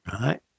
Right